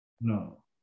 No